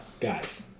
guys